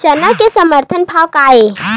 चना के समर्थन भाव का हे?